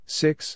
six